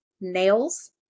nails